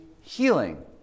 healing